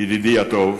ידידי הטוב